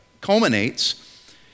culminates